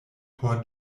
por